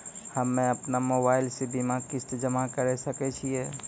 हम्मे अपन मोबाइल से बीमा किस्त जमा करें सकय छियै?